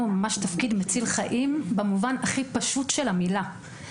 הוא ממש תפקיד מציל חיים במובן הכי פשוט של המילה.